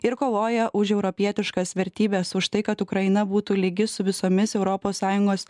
ir kovoja už europietiškas vertybes už tai kad ukraina būtų lygi su visomis europos sąjungos